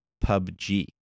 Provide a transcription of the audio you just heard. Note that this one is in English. PUBG